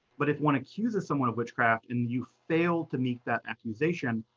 but if one accuses someone of witchcraft, and you fail to meet that accusation,